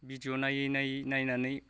भिदिअ नायै नायै नायनानै